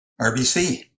RBC